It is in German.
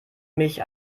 mich